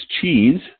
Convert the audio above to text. cheese